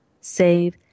save